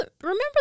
remember